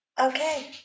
Okay